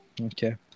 Okay